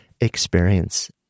experience